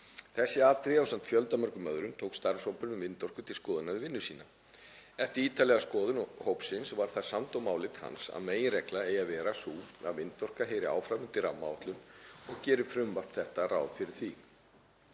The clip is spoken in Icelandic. Þessi atriði ásamt fjöldamörgum öðrum tók starfshópurinn um vindorku til skoðunar við vinnu sína. Eftir ítarlega skoðun hópsins var það samdóma álit hans að meginreglan eigi að vera sú að vindorka heyri áfram undir rammaáætlun og gerir frumvarp þetta ráð fyrir því.